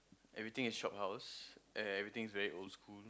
everything is shop house everything is very old school